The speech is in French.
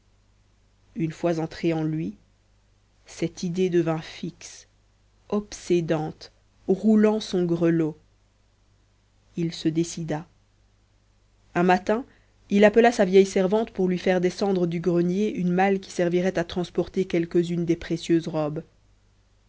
une fois entrée en lui cette idée devint fixe obsédante roulant son grelot il se décida un matin il appela sa vieille servante pour lui faire descendre du grenier une malle qui servirait à transporter quelques-unes des précieuses robes